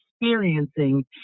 experiencing